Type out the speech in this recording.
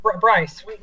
Bryce